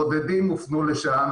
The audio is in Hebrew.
בודדים הופנו לשם.